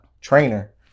trainer